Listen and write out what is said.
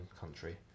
country